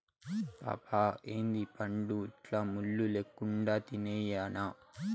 పాపా ఏందీ పండ్లు ఇట్లా ముళ్ళు లెక్కుండాయి తినేయ్యెనా